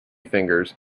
fingers